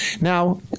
Now